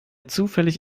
zufällig